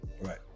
Right